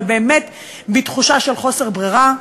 אבל בתחושה של חוסר ברירה.